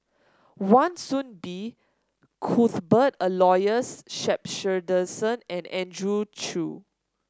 Wan Soon Bee Cuthbert Aloysius Shepherdson and Andrew Chew